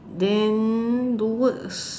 then towards